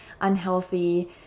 unhealthy